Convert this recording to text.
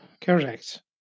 correct